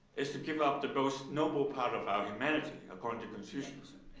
is to give up the most noble part of our humanity according to confucius.